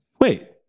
wait